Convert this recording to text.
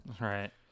Right